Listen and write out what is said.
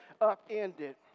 upended